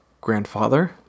grandfather